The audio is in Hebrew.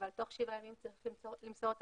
אבל תוך שעה ימים צריך למסור את